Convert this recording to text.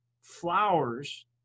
flowers